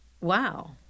wow